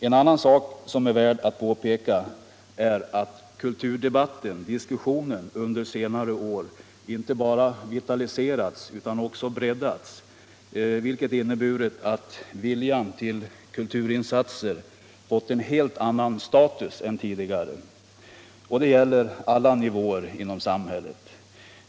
En annan sak som är värd att påpeka är att kulturdebatten under senare år inte bara vitaliserats utan också breddats, vilket inneburit att viljan till kulturinsatser har fått en helt annan status än tidigare. Och det gäller alla nivåer inom samhället.